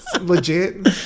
Legit